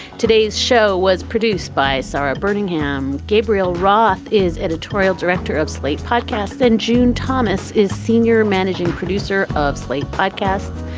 today's show was produced by sara bermingham. gabriel roth is editorial director of slate podcast and june thomas is senior managing producer of slate podcasts.